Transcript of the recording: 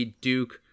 duke